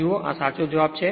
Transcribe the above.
જુઓ આ સાચો જવાબ છે